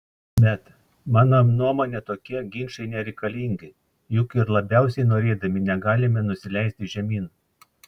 bet mano nuomone tokie ginčai nereikalingi juk ir labiausiai norėdami negalime nusileisti žemyn